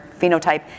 phenotype